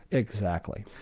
exactly.